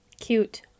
Cute